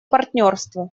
партнерство